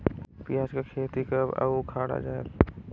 पियाज के खेती कब अउ उखाड़ा जायेल?